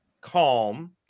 calm